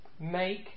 make